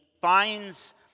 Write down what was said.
finds